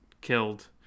killed